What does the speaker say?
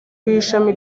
w’ishami